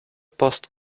post